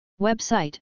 Website